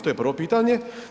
To je prvo pitanje.